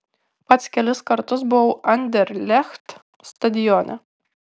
pats kelis kartus buvau anderlecht stadione